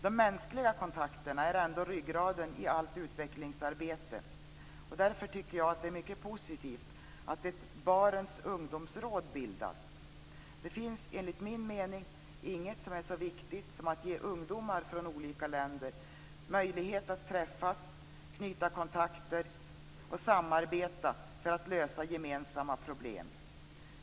De mänskliga kontakterna är ändå ryggraden i allt utvecklingsarbete. Därför tycker jag att det är mycket positivt att ett Barents ungdomsråd bildats. Det finns enligt min mening inget som är så viktigt som att ge ungdomar från olika länder möjlighet att träffas, knyta kontakter och samarbeta för att lösa gemensamma problem.